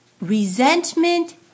Resentment